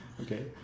Okay